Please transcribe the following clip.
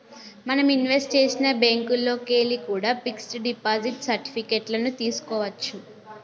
మనం ఇన్వెస్ట్ చేసిన బ్యేంకుల్లోకెల్లి కూడా పిక్స్ డిపాజిట్ సర్టిఫికెట్ లను తీస్కోవచ్చు